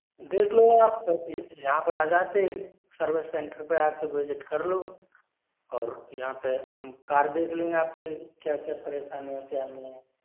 देख लो आप यहाँ पे आ जाते सर्विस सेंटर पे आ के विजिट कर लो और यहाँ पे हम कार देख लेंगे आपकी क्या क्या परेशानी है क्या नहीं है